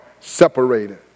separated